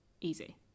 Easy